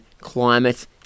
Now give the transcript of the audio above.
climate